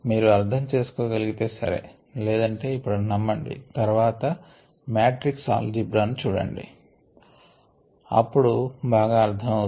మీరు అర్ధం చేసుకోగలిగితే సరే లేదంటే ఇప్పుడు నమ్మండి తర్వాత మాట్రిక్స్ ఆల్జీబ్రా చూడండి అప్పుడు బాగా అర్ధము అగును